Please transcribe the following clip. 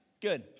Good